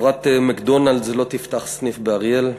חברת "מקדונלד'ס" לא תפתח סניף באריאל,